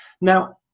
Now